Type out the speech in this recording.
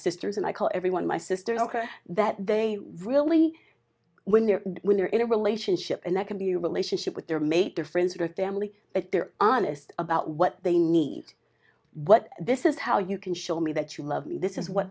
sisters and i call everyone my sister ok that they really when they're when they're in a relationship and that can be a relationship with their mate or friends or family that they're honest about what they need what this is how you can show me that you love me this is what